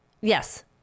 Yes